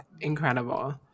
incredible